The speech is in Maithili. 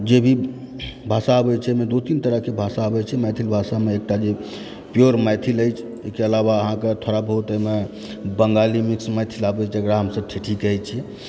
जे भी भाषा आबै छै एहिमे दू तीन तरहके भाषा आबै छै मैथिल भाषामे एकटा जे प्योर मैथिल अछि ओहिके अलावा अहाँके थोड़ा बहुत ओइमे बङ्गाली मिक्स मैथिल आबैत अछि जकरा हमसब ठेठी कहै छियै